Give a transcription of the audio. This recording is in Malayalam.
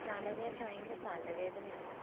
തലവേദന ഭയങ്കര തലവേദന ആണ്